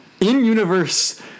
in-universe